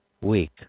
week